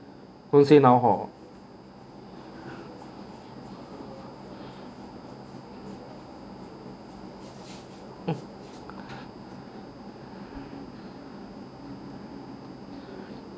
will say now hor